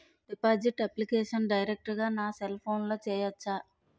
Deposit application direct గా నా cell ఫోన్లో చెయ్యచా?